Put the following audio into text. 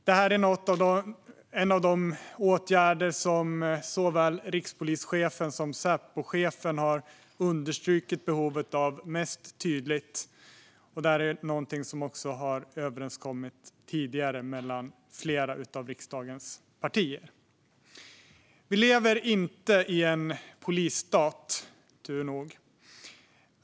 Det här är en av de åtgärder som såväl rikspolischefen som Säpochefen har understrukit behovet av mest tydligt, och det är också något som tidigare har överenskommits mellan flera av riksdagens partier. Vi lever inte i en polisstat, turligt nog.